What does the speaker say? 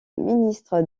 ministre